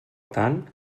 tant